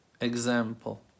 Example